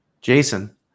Jason